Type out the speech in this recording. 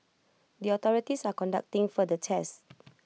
the authorities are conducting further tests